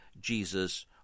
Jesus